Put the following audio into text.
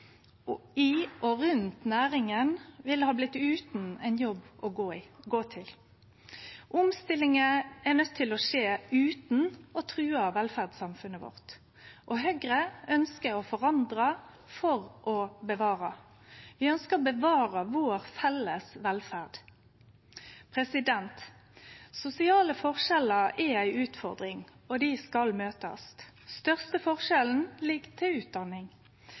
i og rundt næringa ville blitt utan ein jobb å gå til. Omstillinga er nøydd til å skje utan å true velferdssamfunnet vårt. Høgre ønskjer å forandre for å bevare. Vi ønskjer å bevare vår felles velferd. Sosiale forskjellar er ei utfordring som skal møtast. Den største forskjellen ligg i utdanning.